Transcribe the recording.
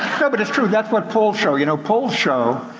no, but it's true. that's what polls show. you know, polls show,